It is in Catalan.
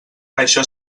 això